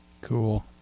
Cool